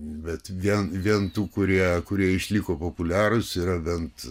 bet vien vien tų kurie kurie išliko populiarūs yra bent